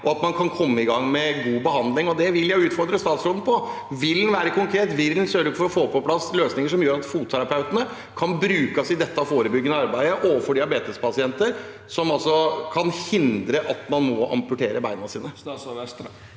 og kan komme i gang med god behandling. Det vil jeg utfordre statsråden på. Vil han være konkret, vil han sørge for å få på plass løsninger som gjør at fotterapeutene kan brukes i dette forebyggende arbeidet overfor diabetespasienter, som altså kan hindre at man må amputere beinet sitt? Statsråd Jan